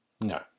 No